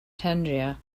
tangier